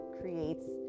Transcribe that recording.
creates